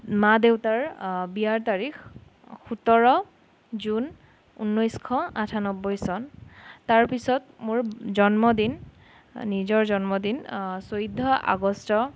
মা দেউতাৰ বিয়াৰ তাৰিখ সোতৰ জুন ঊনৈছশ আঠান্নবৈ চন তাৰপিছত মোৰ জন্মদিন নিজৰ জন্মদিন চৈধ্য আগষ্ট